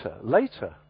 later